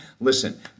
Listen